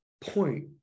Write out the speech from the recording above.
point